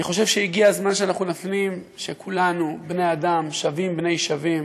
אני חושב שהגיע הזמן שאנחנו נפנים שכולנו בני-אדם שווים בני שווים,